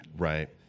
Right